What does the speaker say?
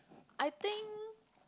I think